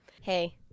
Hey